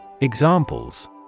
Examples